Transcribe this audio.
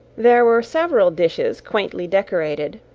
there were several dishes quaintly decorated,